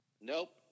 Nope